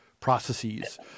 processes